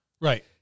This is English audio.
Right